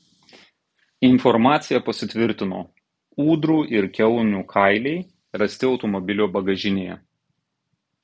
informacija pasitvirtino ūdrų ir kiaunių kailiai rasti automobilio bagažinėje